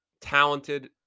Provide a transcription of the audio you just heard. talented